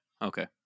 Okay